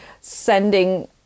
sending